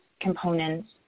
components